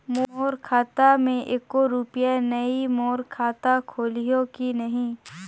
मोर खाता मे एको रुपिया नइ, मोर खाता खोलिहो की नहीं?